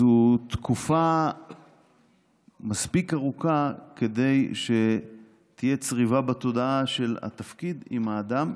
זו תקופה מספיק ארוכה כדי שתהיה צריבה בתודעה של התפקיד עם האדם,